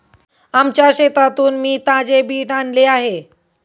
आमच्या शेतातून मी ताजे बीट आणले आहे